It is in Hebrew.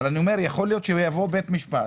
אבל אני אומר שיכול להיות שיבוא בית משפט